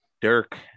Dirk